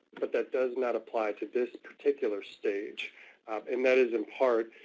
but that does not apply to this particular stage and that is in part